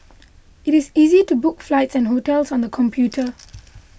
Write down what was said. it is easy to book flights and hotels on the computer